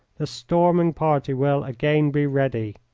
the storming party will again be ready.